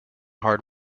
hard